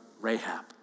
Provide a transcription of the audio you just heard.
Rahab